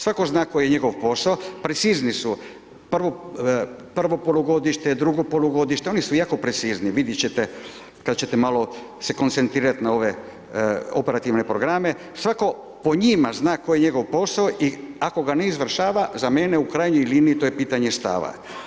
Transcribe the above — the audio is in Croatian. Svako zna koje je njegov posao, precizni su prvo polugodište, drugo polugodište, oni su jako precizni, vidjet ćete kad ćete malo se koncentrirati na ove operativne programe, svatko po njima zna koje je njegov posao i ako ga ne izvršava, za mene u krajnjoj liniji, to je pitanje stava.